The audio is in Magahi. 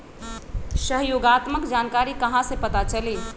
सहयोगात्मक जानकारी कहा से पता चली?